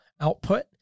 output